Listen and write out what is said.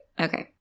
okay